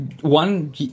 one